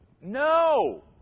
no